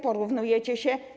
Porównujecie się.